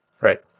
Right